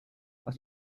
aus